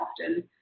often